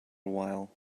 while